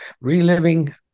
reliving